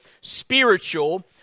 spiritual